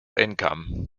income